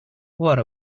what